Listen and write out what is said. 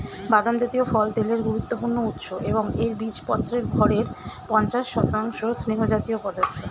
বাদাম জাতীয় ফল তেলের গুরুত্বপূর্ণ উৎস এবং এর বীজপত্রের ভরের পঞ্চাশ শতাংশ স্নেহজাতীয় পদার্থ